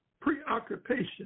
preoccupation